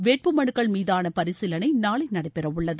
வேட்பு மனுக்கள் மீதானபரிசீலனைநாளைநடைபெறஉள்ளது